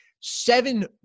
seven